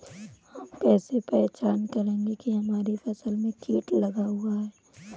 हम कैसे पहचान करेंगे की हमारी फसल में कीट लगा हुआ है?